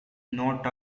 not